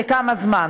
לכמה זמן?